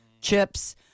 chips